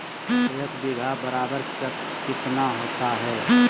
एक बीघा बराबर कितना होता है?